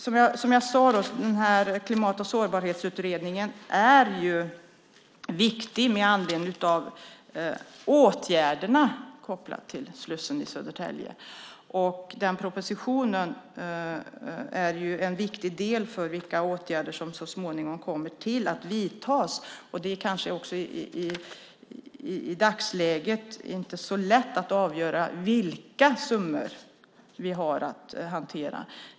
Som jag sagt är Klimat och sårbarhetsutredningen viktig med anledning av åtgärderna kopplade till slussen i Södertälje. Den propositionen är en viktig del för vilka åtgärder som så småningom kommer att vidtas. I dagsläget är det kanske inte så lätt att avgöra vilka summor vi har att hantera.